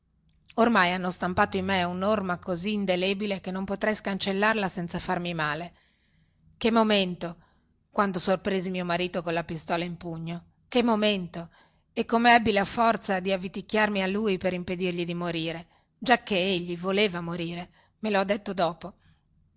ormai hanno stampato in me unorma così indelebile che non potrei scancellarla senza farmi male che momento quando sorpresi mio marito colla pistola in pugno che momento e come ebbi la forza di avviticchiarmi a lui per impedirgli di morire giacchè egli voleva morire me lo ha detto dopo